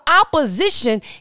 opposition